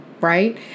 right